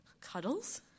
cuddles